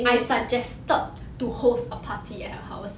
I suggested to host a party at her house